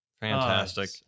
Fantastic